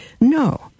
No